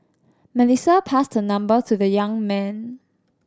Melissa passed her number to the young man